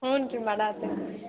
ಹ್ಞೂ ರೀ ಮಾಡಾಹತ್ತೇನು